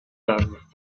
off